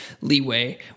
leeway